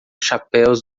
chapéus